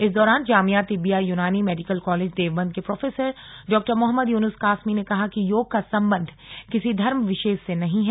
इस दौरान Jamia Tibbia Unani medical college Deoband के प्रोफेसर डॉ मोहम्मद यूनुस कासमी ने कहा कि योग का संबंध किसी धर्म विशेष से नहीं है